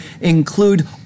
include